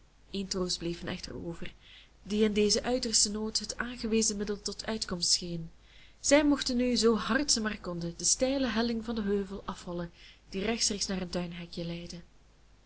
een troost bleef hun echter over die in dezen uitersten nood het aangewezen middel tot uitkomst scheen zij mochten nu zoo hard ze maar konden de steile helling van den heuvel afhollen die rechtstreeks naar hun tuinhekje leidde